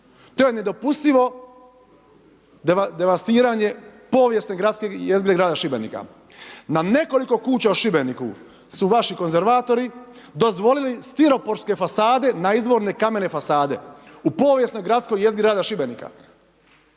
To je nedopustivo devastiranje povijesne gradske jezgre grada Šibenika. Na nekoliko kuća u Šibeniku su vaši konzervatori dozvolili stiroporske fasade na izvorne kamene fasade. U povijesnoj gradskoj jezgri grada Šibenika.